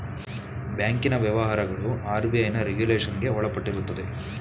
ಬ್ಯಾಂಕಿನ ವ್ಯವಹಾರಗಳು ಆರ್.ಬಿ.ಐನ ರೆಗುಲೇಷನ್ಗೆ ಒಳಪಟ್ಟಿರುತ್ತದೆ